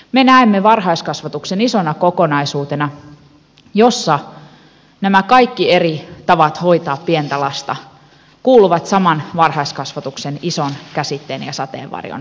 me näemme varhaiskasvatuksen isona kokonaisuutena jossa nämä kaikki eri tavat hoitaa pientä lasta kuuluvat saman varhaiskasvatuksen ison käsitteen ja sateenvarjon alle